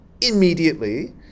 immediately